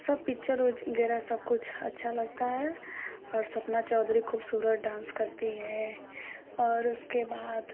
सब पिक्चर विक्च वगैरह सब कुछ अच्छा लगता है और सपना चौधरी खूबसूरत डांस करती है और उसके बाद